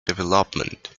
development